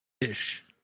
ish